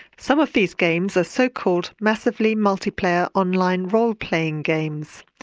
some of these games are so-called massively multiplayer online role-playing games.